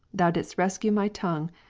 thou didst rescue my tongue,